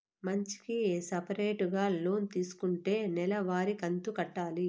మంచికి సపరేటుగా లోన్ తీసుకుంటే నెల వారి కంతు కట్టాలి